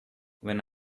when